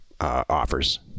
offers